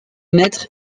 maîtres